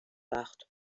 وقت